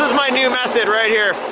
my new method, right here.